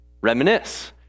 reminisce